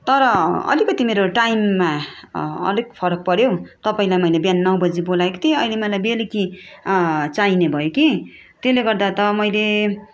तर अलिकति मेरो टाइममा अलिक फरक पर्यो तपाईँलाई मैले बिहान नौ बजी बोलाएको थिएँ अहिले मलाई बेलुकी चाहिने भयो कि त्यसले गर्दा त मैले